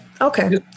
Okay